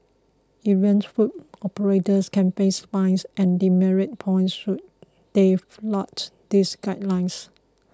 errant food operators can face fines and demerit points should they flout these guidelines